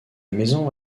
maison